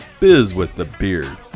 BIZWITHTHEBEARD